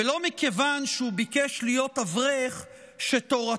לא מכיוון שהוא ביקש להיות אברך שתורתו